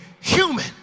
human